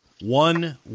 One